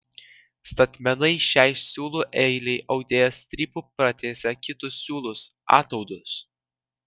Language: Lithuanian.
statmenai šiai siūlų eilei audėjas strypu pratiesia kitus siūlus ataudus